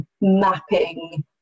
mapping